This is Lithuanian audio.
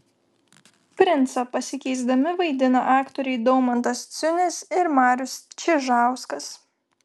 princą pasikeisdami vaidina aktoriai daumantas ciunis ir marius čižauskas